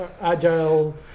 agile